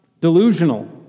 delusional